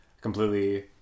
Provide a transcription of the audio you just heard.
completely